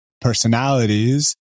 personalities